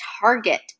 Target